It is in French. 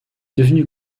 devenu